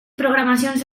programacions